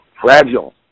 fragile